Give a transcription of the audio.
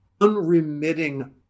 unremitting